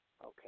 Okay